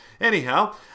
Anyhow